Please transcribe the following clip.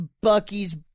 Bucky's